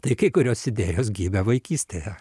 tai kai kurios idėjos gimė vaikystėje